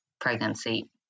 pregnancy